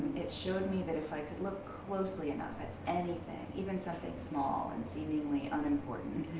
it showed me that if i could look closely enough, at anything, even something small and seemingly unimportant.